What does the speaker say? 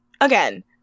again